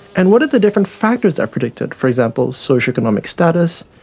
and what are the different factors that are predicted? for example, social economic status,